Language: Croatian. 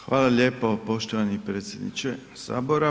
Hvala lijepo poštovani predsjedniče Sabora.